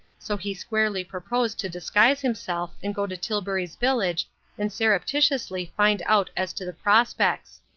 so he squarely proposed to disguise himself and go to tilbury's village and surreptitiously find out as to the prospects.